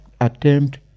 attempt